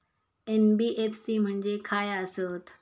NBFC म्हणजे खाय आसत?